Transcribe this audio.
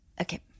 Okay